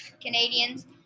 Canadians